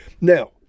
Now